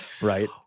Right